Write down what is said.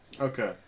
Okay